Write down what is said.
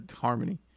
harmony